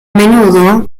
menudo